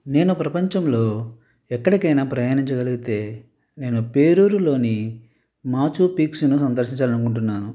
నేను ప్రపంచంలో ఎక్కడికైన ప్రయాణించగలిగితే నేను పేరూరులోని మాచూపీక్స్ను సందర్శించాలి అనుకుంటున్నాను